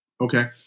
Okay